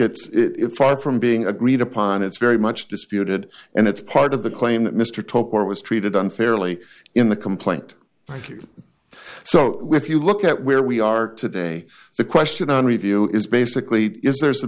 it's far from being agreed upon it's very much disputed and it's part of the claim that mr took or was treated unfairly in the complaint so if you look at where we are today the question on review is basically is there